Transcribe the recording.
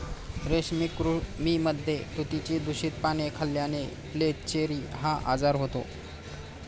रेशमी कृमींमध्ये तुतीची दूषित पाने खाल्ल्याने फ्लेचेरी हा आजार होतो